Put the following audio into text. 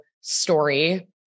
story